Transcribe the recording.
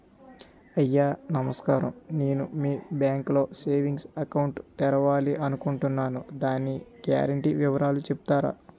అయ్యా నమస్కారం నేను మీ బ్యాంక్ లో సేవింగ్స్ అకౌంట్ తెరవాలి అనుకుంటున్నాను దాని గ్యారంటీ వివరాలు చెప్తారా?